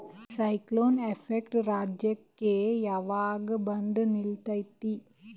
Cyclone effect ರಾಜ್ಯಕ್ಕೆ ಯಾವಾಗ ಬಂದ ನಿಲ್ಲತೈತಿ?